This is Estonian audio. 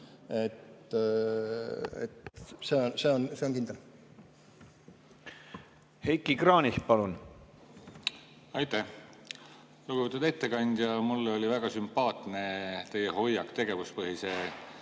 See on kindel.